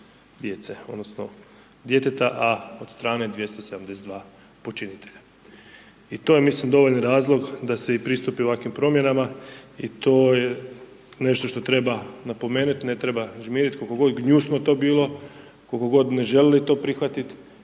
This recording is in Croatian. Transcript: odnosno djeteta, a od strane 272 počinitelja. I to je mislim dovoljan razlog da se i pristupi ovakvim promjenama i to je nešto što treba napomenuti, ne treba žmiriti, koliko god gnjusno to bilo, koliko god ne želili to prihvatiti,